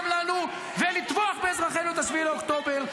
לנו ולטבוח באזרחינו ב-7 באוקטובר.